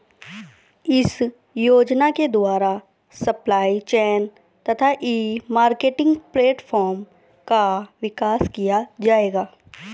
इस योजना के द्वारा सप्लाई चेन तथा ई मार्केटिंग प्लेटफार्म का विकास किया जाएगा